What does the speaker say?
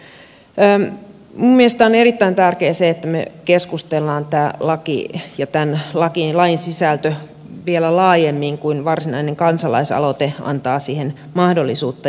minun mielestäni on erittäin tärkeää se että me keskustelemme tästä laista ja tämän lain sisällöstä vielä laajemmin kuin mitä varsinainen kansalaisaloite antaa siihen mahdollisuutta